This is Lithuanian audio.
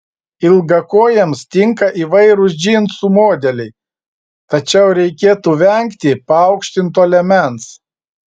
ilgakojėms tinka įvairūs džinsų modeliai tačiau reikėtų vengti paaukštinto liemens